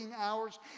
hours